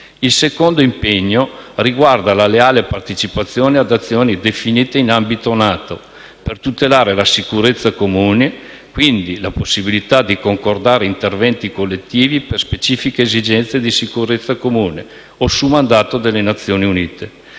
Il secondo impegno riguarda la leale partecipazione ad azioni definite in ambito NATO per tutelare la sicurezza comune e, quindi, la possibilità di concordare interventi collettivi per specifiche esigenze di sicurezza comune o su mandato delle Nazioni Unite.